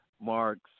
marks